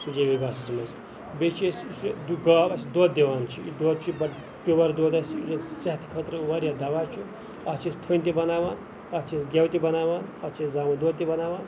جٔوی گاسَس مَنٛز بیٚیہِ چھِ اَسہِ گاو اَسہِ دۄد دِوان چھِ یہِ دۄد چھُ بَڑٕ پیوٚر دۄد اَسہِ صحتہٕ خٲطرٕ واریاہ دَوا چھُ اَتھ چھِ أسۍ تھٔنۍ تہِ بَناوان اَتھ چھِ أسۍ گٮ۪و تہِ بَناوان اَتھ چھِ أسۍ زامُت دۄد تہِ بَناوان